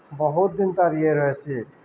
ବହୁତ୍ ଦିନ୍ ତାର୍ ଇଏ ରହେସି